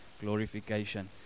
glorification